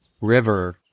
River